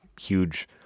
huge